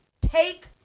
take